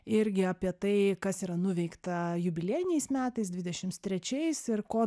irgi apie tai kas yra nuveikta jubiliejiniais metais dvidešims trečiais ir ko